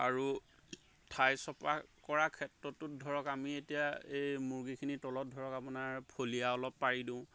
আৰু ঠাই চফা কৰা ক্ষেত্ৰতো ধৰক আমি এতিয়া এই মুৰ্গীখিনি তলত ধৰক আপোনাৰ ফলিয়া অলপ পাৰি দিওঁ